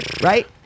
right